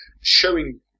showing